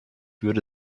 würde